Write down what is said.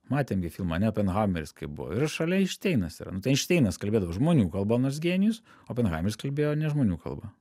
matėm gi filmą ane openhaimeris kai buvo ir šalia enšteinas yra nu tai enšteinas kalbėdavo žmonių kalba nors genijus openhaimeris kalbėjo ne žmonių kalba